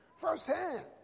firsthand